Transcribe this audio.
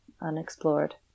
unexplored